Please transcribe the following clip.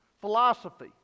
philosophy